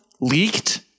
leaked